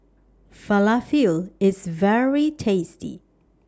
Falafel IS very tasty